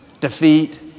defeat